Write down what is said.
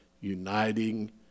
uniting